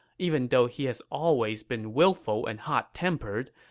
even though he has always been willful and hot-tempered,